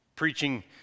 preaching